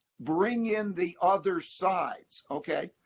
bring in the other sides, ok?